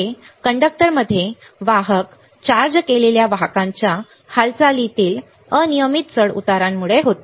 हे कंडक्टरमध्ये वाहक चार्ज केलेल्या वाहकांच्या हालचालीतील अनियमित चढउतारांमुळे होते